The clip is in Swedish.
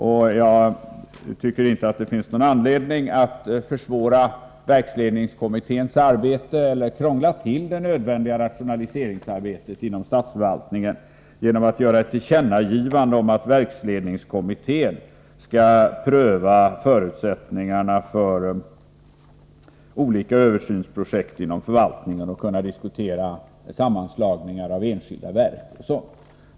Jag tycker inte att det finns någon anledning att försvåra verksledningskommitténs arbete eller krångla till det nödvändiga rationaliseringsarbetet inom statsförvaltningen genom att göra ett tillkännagivande om att verksledningskommittén skall pröva förutsättningarna för olika översynsprojekt inom förvaltningen och kunna diskutera sammanslutningar av enskilda verk och liknande.